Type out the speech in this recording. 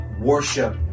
worship